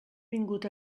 vingut